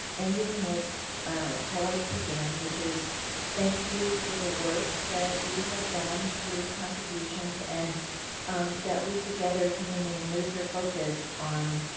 ending with how i began, which is thank you for the work that you have done for your contributions, and that we, together, can remain laser-focused on